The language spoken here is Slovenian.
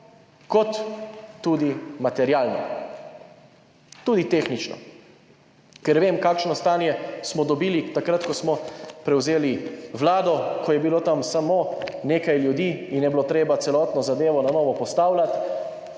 kot tudi materialno, tudi tehnično, ker vem, kakšno stanje smo dobili takrat, ko smo prevzeli vlado, ko je bilo tam samo nekaj ljudi in je bilo treba celotno zadevo na novo postavljati,